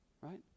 Right